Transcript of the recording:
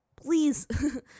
Please